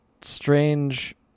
strange